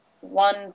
one